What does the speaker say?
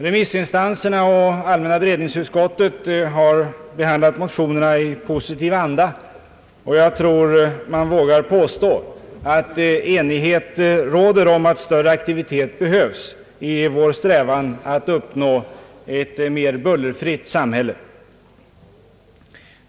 Remissinstanserna och allmänna beredningsutskottet har behandlat motionerna i positiv anda, och jag tror man vågar påstå att enighet råder om att större aktivitet behövs i vår strävan att uppnå ett mer bullerfritt samhälle.